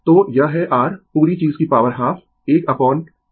तो यह है r पूरी चीज की पॉवर हाफ 1 अपोन π 0 से π i2 dθ